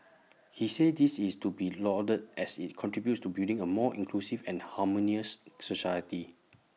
he said this is to be lauded as IT contributes to building A more inclusive and harmonious society